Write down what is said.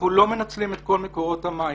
אנחנו לא מנצלים את כל מקורות המים.